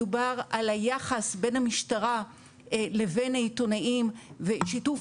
מדובר על היחס בין המשטרה לבין העיתונאים ושיתוף